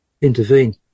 intervene